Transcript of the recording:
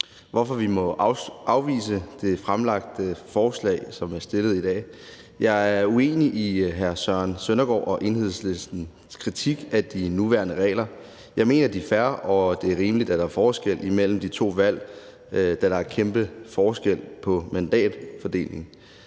hvorfor vi må afvise det fremsatte forslag, som er til behandling i dag. Jeg er uenig i hr. Søren Søndergaard og Enhedslistens kritik af de nuværende regler. Jeg mener, de er fair, og at det er rimeligt, at der er forskel imellem de to valg, da der er kæmpe forskel på mandatantallet